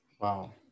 wow